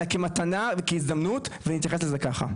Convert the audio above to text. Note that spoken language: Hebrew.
אלא כמתנה והזדמנות ונתייחס לזה ככה,